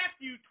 Matthew